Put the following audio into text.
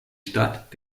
stadt